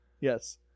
Yes